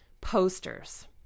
posters